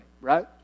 right